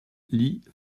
lit